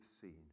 seen